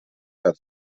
per